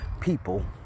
people